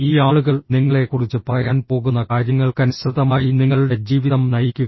ഈ ആളുകൾ നിങ്ങളെക്കുറിച്ച് പറയാൻ പോകുന്ന കാര്യങ്ങൾക്കനുസൃതമായി നിങ്ങളുടെ ജീവിതം നയിക്കുക